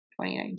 2019